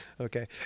Okay